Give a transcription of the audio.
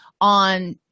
on